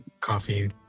coffee